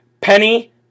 Penny